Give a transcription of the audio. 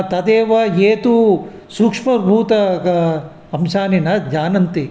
तदेव ये तु सूक्ष्मभूतानि अंशानि न जानन्ति